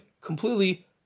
completely